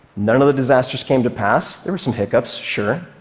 none of the disasters came to pass. there were some hiccups, sure.